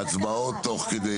אנחנו נעשה הצבעות תוך כדי כך.